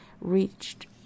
reached